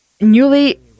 newly